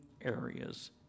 areas